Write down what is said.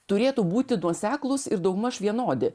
turėtų būti nuoseklūs ir daugmaž vienodi